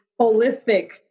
holistic